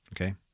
Okay